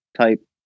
type